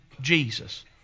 Jesus